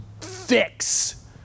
fix